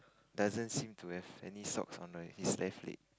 doesn't seem to have any socks on err his left leg